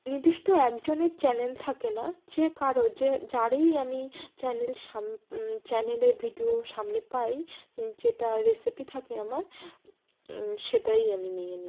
নিদিষ্ট একজনের চ্যানেল থাকে না যে কারো যে যারেই আমি চ্যানেল সাম চ্যানেলে ভিডিও সামনে পাই যেটা রেসিপি থাকে আমার সেটাই আমি নিয়ে নিই